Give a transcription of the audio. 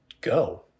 go